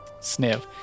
Sniv